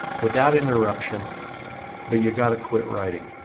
without interruption but you got to quit writing